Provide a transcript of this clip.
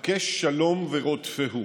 בקש שלום ורדפהו".